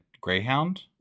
Greyhound